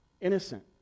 innocent